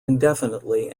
indefinitely